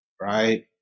right